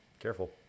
careful